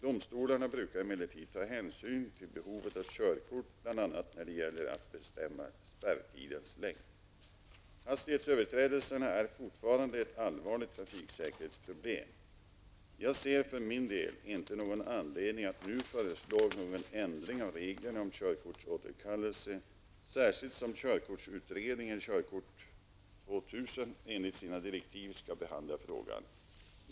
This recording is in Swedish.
Domstolarna brukar emellertid ta hänsyn till behovet av körkort bl.a. när det gäller att bestämma spärrtidens längd. Hastighetsöverträdelserna är fortfarande ett allvarligt trafiksäkerhetsproblem. Jag ser för min del inte någon anledning att nu föreslå någon ändring av reglerna om körkortsåterkallelse, särskilt som körkortsutredningen Körkort 2000 enligt sina direktiv skall behandla frågan.